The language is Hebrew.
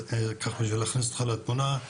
זה בשביל להכניס אותך לתמונה.